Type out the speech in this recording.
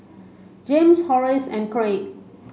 James Horace and Craig